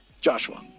Joshua